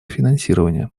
финансирование